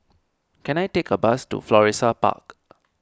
can I take a bus to Florissa Park